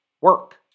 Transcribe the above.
work